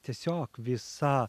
tiesiog visa